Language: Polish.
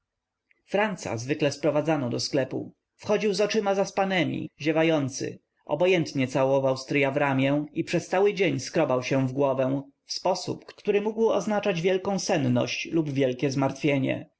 franca zwykle sprowadzano do sklepu wchodził z oczyma zaspanemi ziewający obojętnie całował stryja w ramię i przez cały dzień skrobał się w głowę w sposób który mógł oznaczać wielką senność lub wielkie zmartwienie